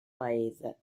paese